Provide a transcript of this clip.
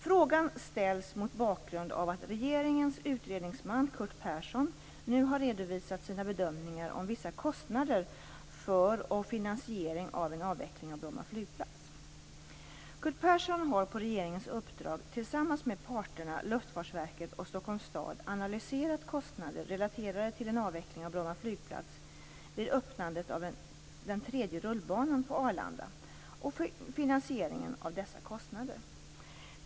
Frågan ställs mot bakgrund av att regeringens utredningsman Curt Persson nu har redovisat sina bedömningar om vissa kostnader för och finansiering av en avveckling av Bromma flygplats. Curt Persson har på regeringens uppdrag tillsammans med parterna Luftfartsverket och Stockholms stad analyserat kostnader relaterade till en avveckling av Bromma flygplats vid öppnandet av den tredje rullbanan på Arlanda samt finansieringen av dessa kostnader.